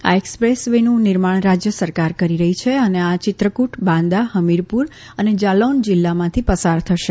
આ expressway નું નિર્માણ રાજ્ય સરકાર કરી રહ્ઠી છે અને આ ચિત્રકુટ બાંદા ફમીરપુર અને જાલૌન જીલ્લામાંથી પસાર થશે